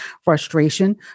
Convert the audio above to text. Frustration